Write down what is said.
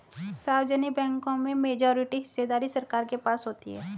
सार्वजनिक बैंकों में मेजॉरिटी हिस्सेदारी सरकार के पास होती है